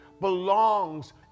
belongs